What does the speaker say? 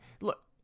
look